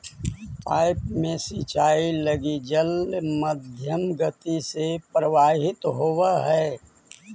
pipe में सिंचाई लगी जल मध्यम गति से प्रवाहित होवऽ हइ